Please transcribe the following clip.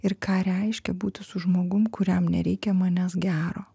ir ką reiškia būti su žmogum kuriam nereikia manęs gero